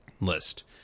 list